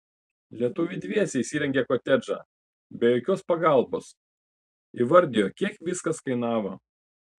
lietuviai dviese įsirengė kotedžą be jokios pagalbos įvardijo kiek viskas kainavo